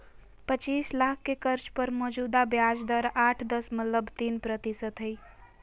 पचीस लाख के कर्ज पर मौजूदा ब्याज दर आठ दशमलब तीन प्रतिशत हइ